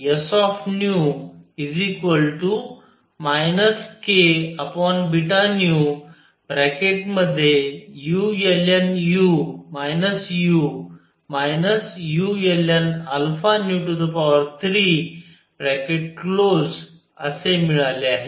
आपल्याला s kβνulnu u ulnα3असे मिळाले आहे